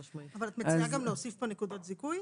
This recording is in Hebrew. אבל את גם מציעה להוסיף פה נקודות זיכוי?